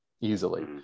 easily